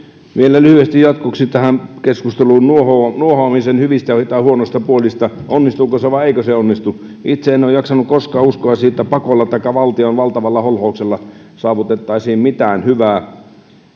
vielä lyhyesti jatkoksi tähän keskusteluun nuohoamisen nuohoamisen hyvistä tai huonoista puolista ja siitä onnistuuko se vai eikö se onnistu itse en ole jaksanut koskaan uskoa siihen että pakolla taikka valtion valtavalla holhouksella saavutettaisiin mitään hyvää